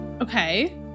Okay